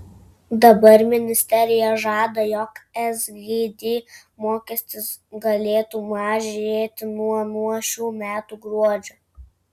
dabar ministerija žada jog sgd mokestis galėtų mažėti nuo nuo šių metų gruodžio